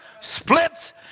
splits